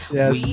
yes